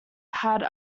had